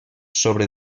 sobre